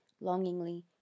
longingly